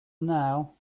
now